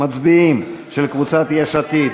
מצביעים, של קבוצת יש עתיד.